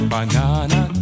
Banana